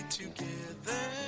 together